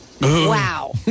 wow